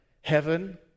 heaven